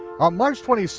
on march twenty six,